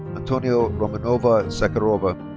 antonina romanovna zakharova.